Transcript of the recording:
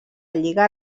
lliga